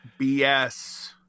BS